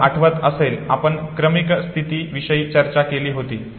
तुम्हाला आठवत असेल आपण क्रमीक स्थिती विषयी चर्चा केली होती